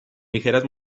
ligeras